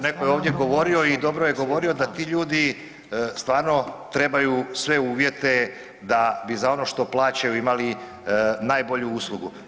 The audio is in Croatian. Netko je ovdje govorio i dobro je govorio da ti ljudi stvarno trebaju sve uvjete da bi za ono što plaćaju imali najbolju uslugu.